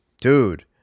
Dude